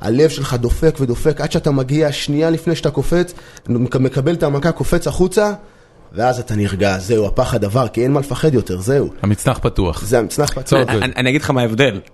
הלב שלך דופק ודופק עד שאתה מגיע שנייה לפני שאתה קופץ ומקבל את המכה, קופץ החוצה ואז אתה נרגע, זהו הפחד עבר כי אין מה לפחד יותר, זהו המצנח פתוח זהו המצנח פתוח אני אגיד לך מה ההבדל